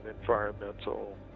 environmental